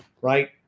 right